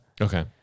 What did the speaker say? okay